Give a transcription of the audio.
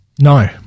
no